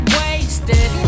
wasted